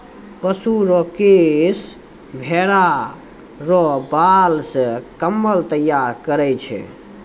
पशु रो केश भेड़ा रो बाल से कम्मल तैयार करै छै